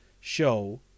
show